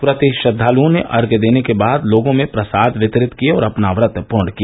व्रती श्रद्धालुओं ने अर्घ्य देने के बाद लोगों में प्रसाद वितरित किए और अपना व्रत पूर्ण किया